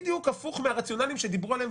בדיוק הפוך מהרציונלים שדיברו עליהם,